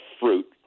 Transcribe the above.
fruit